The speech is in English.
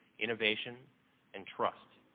innovation and trust,